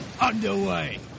underway